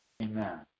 Amen